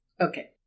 okay